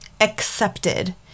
accepted